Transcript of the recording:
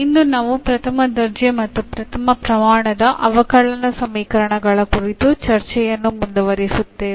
ಇಂದು ನಾವು ಪ್ರಥಮ ದರ್ಜೆಶ್ರೇಣಿ ಮತ್ತು ಪ್ರಥಮ ಪ್ರಮಾಣದ ಅವಕಲನ ಸಮೀಕರಣಗಳ ಕುರಿತು ಚರ್ಚೆಯನ್ನು ಮುಂದುವರಿಸುತ್ತೇವೆ